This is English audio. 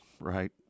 Right